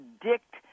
predict